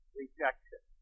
rejection